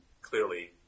clearly